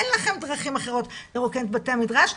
אין לכם דרכים אחרות לרוקן את בתי המדרש,